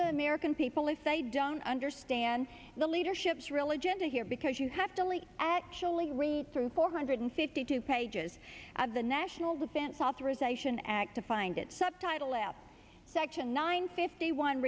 the american people if they don't understand the leadership's religion here because you have to only actually read through four hundred fifty two pages of the national defense authorization act to find it subtitle a section nine fifty one